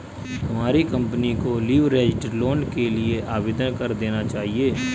तुम्हारी कंपनी को leveraged loan के लिए आवेदन कर देना चाहिए